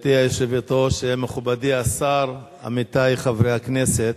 גברתי היושבת-ראש, מכובדי השר, עמיתי חברי הכנסת,